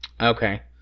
Okay